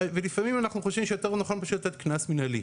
לפעמים אנחנו חושבים שיותר נכון פשוט לתת קנס מנהלי.